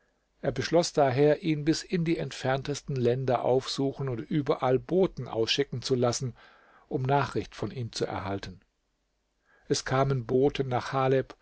er beschloß daher ihn bis in die entferntesten länder aufsuchen und überall boten ausschicken zu lassen um nachricht von ihm zu erhalten es kamen boten nach haleb